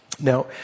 now